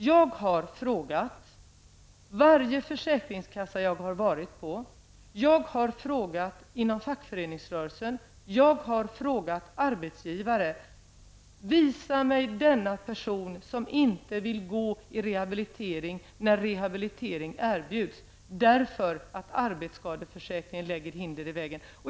Jag har frågat varje försäkringskassa som jag har varit på, jag har frågat inom fackföreningsrörelsen och jag har frågat arbetsgivare: Visa mig denna person som inte vill gå i rehabilitering när sådan erbjuds, därför att arbetsskadeförsäkringen lägger hinder i vägen!